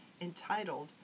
entitled